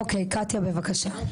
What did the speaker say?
אוקיי קטיה, בבקשה.